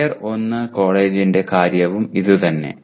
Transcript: tyre 1 കോളേജിന്റെ കാര്യവും ഇതുതന്നെ